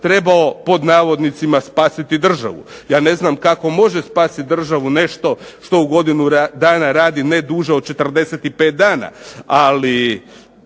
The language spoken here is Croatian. trebao pod navodnicima spasiti državu. Ja ne znam kako može spasiti državu nešto što u godinu dana radi ne duže od 45 dana, ali